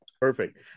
Perfect